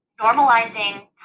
normalizing